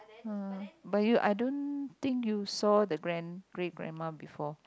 uh but you I don't think you saw the grand great grandma before